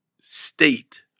state